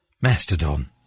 Mastodon